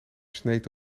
sneed